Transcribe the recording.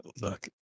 Look